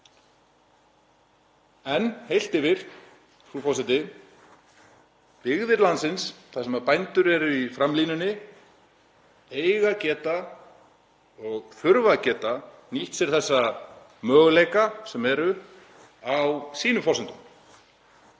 Heilt yfir, frú forseti: Byggðir landsins þar sem bændur eru í framlínunni eiga að geta og þurfa að geta nýtt sér þessa möguleika á sínum forsendum.